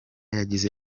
yagize